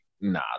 nah